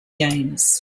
games